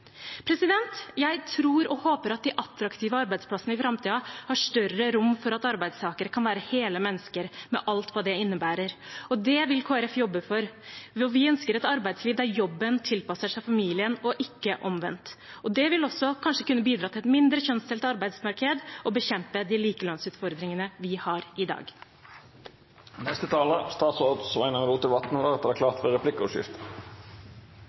Jeg tror og håper at de attraktive arbeidsplassene i framtiden har større rom for at arbeidstakere kan være hele mennesker med alt hva det innebærer, og det vil Kristelig Folkeparti jobbe for. Vi ønsker et arbeidsliv der jobben tilpasses familien, og ikke omvendt. Det vil også kanskje kunne bidra til et mindre kjønnsdelt arbeidsmarked og til å bekjempe de likelønnsutfordringene vi har i dag. Handtering av pandemien har vore øvst på dagsordenen i alle land. Regjeringa er